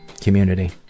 community